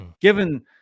Given